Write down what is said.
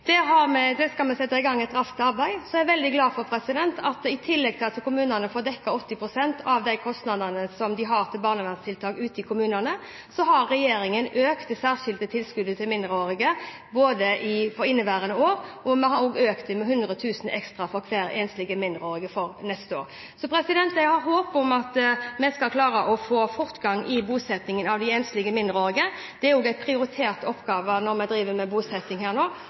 skal vi sette i gang et raskt arbeid. Så er jeg veldig glad for at i tillegg til at kommunene får dekket 80 pst. av de kostnadene som de har til barnevernstiltak ute i kommunene, har regjeringen økt det særskilte tilskuddet til mindreårige for inneværende år, og vi har også økte det med 100 000 kr ekstra for hver enslige mindreårige for neste år. Jeg har håp om at vi skal klare å få fortgang i bosettingen av de enslige mindreårige. Det er også en prioritert oppgave når vi nå driver med bosetting.